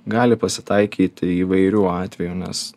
gali pasitaikyti įvairių atvejų nes